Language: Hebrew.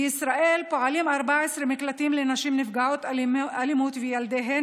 בישראל פועלים 14 מקלטים לנשים נפגעות אלימות וילדיהן.